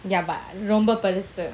ya but ரொம்பபெருசு:romba perusu